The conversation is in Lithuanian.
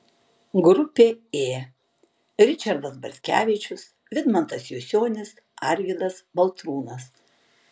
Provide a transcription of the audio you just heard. grupė ė ričardas bartkevičius vidmantas jusionis arvydas baltrūnas